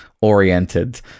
oriented